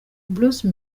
bruce